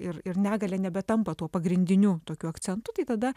ir ir negalia nebe tampa tuo pagrindiniu tokiu akcentu tai tada